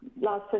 Last